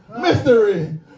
Mystery